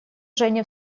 женя